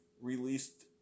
released